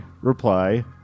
reply